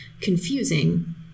confusing